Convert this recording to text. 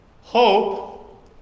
Hope